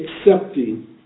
accepting